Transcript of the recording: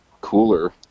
cooler